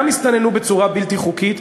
גם הסתננו בצורה בלתי חוקית,